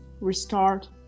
restart